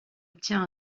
obtient